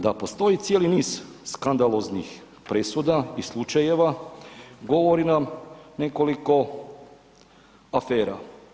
Da postoji cijeli niz skandaloznih presuda i slučajeva, govori nam nekoliko afera.